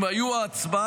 אם היו ההצבעה,